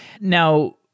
Now